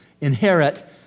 inherit